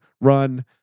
run